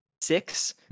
six